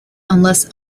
unless